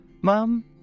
Mom